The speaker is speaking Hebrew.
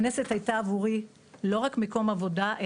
הכנסת הייתה עבורי לא רק מקום עבודה,